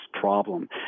problem